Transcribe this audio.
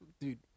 Dude